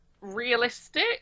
realistic